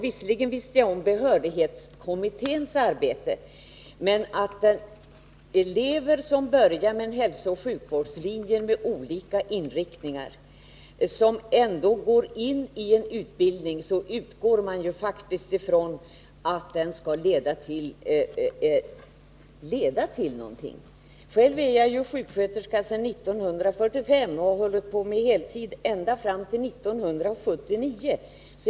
Visserligen visste jag om behörighetskommitténs arbete, men jag utgick ifrån att utbildningarna vid högskolans hälsooch sjukvårdslinje med olika inriktningar faktiskt skulle leda till att frågan om yrkesbenämningen blev klar för de elever som påbörjar utbildningarna. Jag är själv sjuksköterska sedan 1945 och har tjänstgjort på heltid ända fram till 1979.